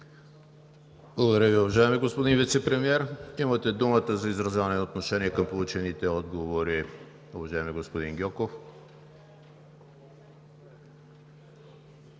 Благодаря Ви, уважаеми господин Вицепремиер. Имате думата за изразяване на отношение към получените отговори, уважаеми господин Гьоков.